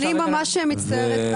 אני מצטערת,